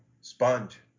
Sponge